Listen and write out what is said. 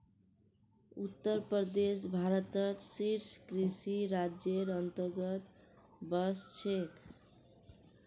उत्तर प्रदेश भारतत शीर्ष कृषि राज्जेर अंतर्गतत वश छेक